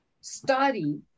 study